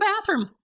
bathroom